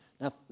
Now